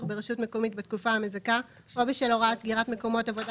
ברשות מקומית בתקופה המזכה או בשל הוראה על סגירת מקומות עבודה